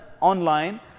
online